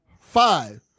five